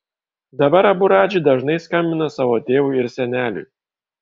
dabar abu radži dažnai skambina savo tėvui ir seneliui